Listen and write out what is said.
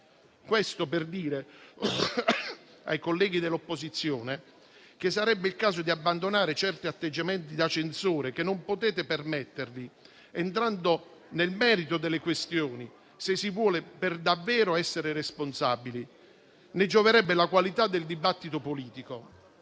Questo per dire ai colleghi dell'opposizione che sarebbe il caso di abbandonare certi atteggiamenti da censori, che non si possono permettere di entrare nel merito delle questioni, se vogliono davvero essere responsabili. Ne gioverebbe la qualità del dibattito politico.